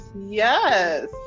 yes